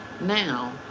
Now